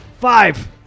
Five